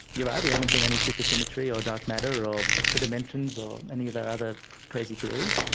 you're right, we haven't seen any supersymmetry or dark matter or extra dimensions or any of our other crazy theories.